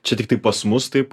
čia tiktai pas mus taip